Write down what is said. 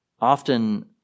Often